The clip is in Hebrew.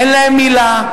אין להם מלה,